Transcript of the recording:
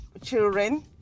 children